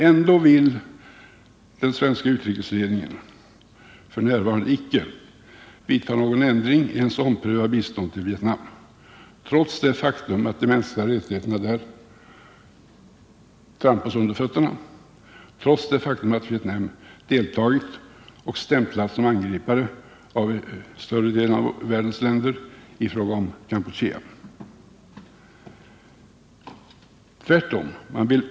Ändå vill den svenska utrikesledningen f.n. icke vidta någon ändring i eller ens ompröva biståndet till Vietnam, trots det faktum att de mänskliga rättigheterna där trampas under fötterna och att Vietnam deltagit i och av större delen av världens länder stämplats som angripare i Kampucheakonflikten. Tvärtom vill regeringen öka biståndet så till vida att det skall lotsas in på nya områden som i dag icke är avtalsbundna.